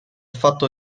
fatto